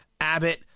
Abbott